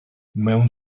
mewn